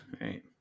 right